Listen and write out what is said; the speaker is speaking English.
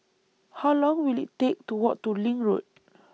How Long Will IT Take to Walk to LINK Road